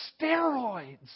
steroids